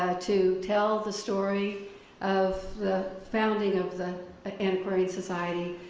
ah to tell the story of the founding of the antiquarian society,